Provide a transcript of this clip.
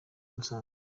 musanze